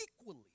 equally